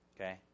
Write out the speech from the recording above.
okay